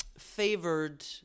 favored